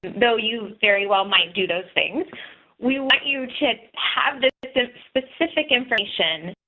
though you very well might do those things we want you to have this specific information.